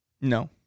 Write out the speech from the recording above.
No